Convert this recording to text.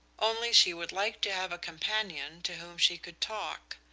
only she would like to have a companion to whom she could talk.